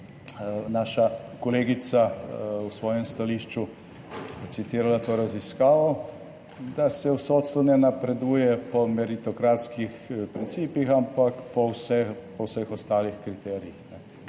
naša kolegica v stališču citirala to raziskavo, da se v sodstvu ne napreduje po meritokratskih principih, ampak po vseh ostalih kriterijih.